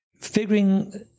figuring